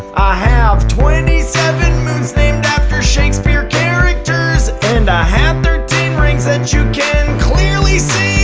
have twenty seven moons named after shakespeare characrers. and i have thirteen rings that you can clearly see.